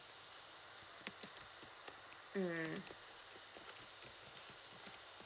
mm